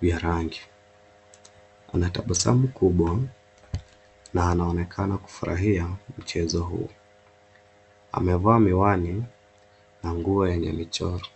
vya rangi. Ana tabasamu kubwa na anaonekana kufurahia mchezo huo. Amevaa miwani na nguo yenye michoro.